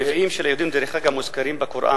הנביאים של היהודים, דרך אגב, מוזכרים בקוראן.